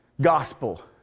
gospel